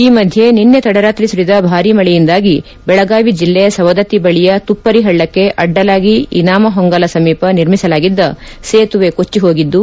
ಈ ಮಧ್ಯೆ ನಿನ್ನೆ ತಡರಾತ್ರಿ ಸುರಿದ ಭಾರೀ ಮಳೆಯಿಂದಾಗಿ ಬೆಳಗಾವಿ ಜಿಲ್ಲೆ ಸವದತ್ತಿ ಬಳಿಯ ತುಪ್ಪರಿ ಪಳಕ್ಕೆ ಅಡ್ಡಲಾಗಿ ಇನಾಮಹೊಂಗಲ ಸಮೀಪ ನಿರ್ಮಿಸಲಾಗಿದ್ದ ಸೇತುವೆ ಕೊಟ್ಟ ಹೋಗಿದ್ದು